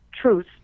truth